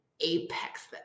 apex